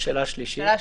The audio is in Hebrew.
והשאלה השלישית?